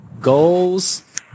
goals